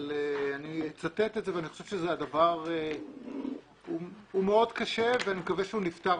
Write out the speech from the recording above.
אבל אני אצטט את זה ואני חושב שזה דבר מאוד קשה ואני מקווה שהוא נפתר